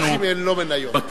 אג"חים הם לא מניות.